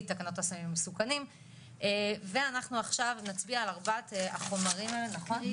תקנות הסמים המסוכנים ואנחנו עכשיו נצביע על ארבעת החומרים האלה נכון?